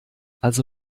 also